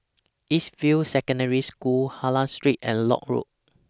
East View Secondary School Hylam Street and Lock Road